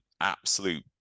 absolute